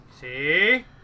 See